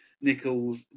Nichols